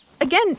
Again